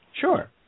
Sure